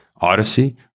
Odyssey